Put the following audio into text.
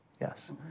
Yes